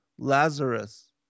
Lazarus